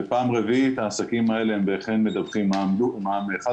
פעם רביעית העסקים האלה אכן מדווחים מע"מ חד